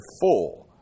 full